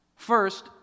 First